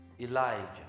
Elijah